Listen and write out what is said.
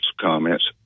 comments